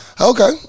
Okay